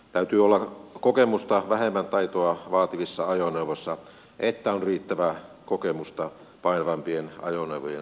täytyy olla kokemusta vähemmän taitoa vaativissa ajoneuvoissa että on riittävää kokemusta painavampien ajoneuvojen sompaan